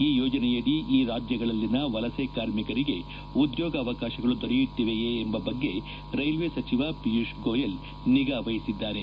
ಈ ಯೋಜನೆಯಡಿ ಈ ರಾಜ್ಯಗಳಲ್ಲಿನ ವಲಸೆ ಕಾರ್ಮಿಕರಿಗೆ ಉದ್ಯೋಗಾವಕಾಶಗಳು ದೊರೆಯುತ್ತಿವೆಯೇ ಎಂಬ ಬಗ್ಗೆ ರೈಲ್ವೆ ಸಚಿವ ಪಿಯೂಷ್ ಗೋಯಲ್ ನಿಗಾ ವಹಿಸಿದ್ದಾರೆ